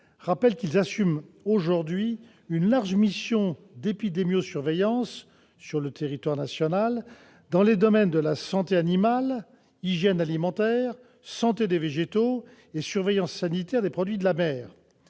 rappellent qu'ils assument aujourd'hui une large mission d'épidémiosurveillance sur le territoire national dans les domaines de la santé animale, de l'hygiène alimentaire, de la santé des végétaux et de la surveillance sanitaire des produits de la mer.